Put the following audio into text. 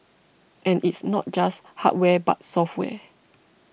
and it's not just hardware but software